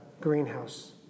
greenhouse